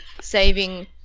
saving